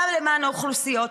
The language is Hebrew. גם למען האוכלוסיות,